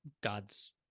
God's